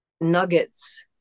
nuggets